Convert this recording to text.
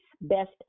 best